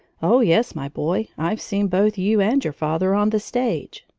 oh, yes, my boy i've seen both you and your father on the stage.